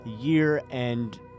year-end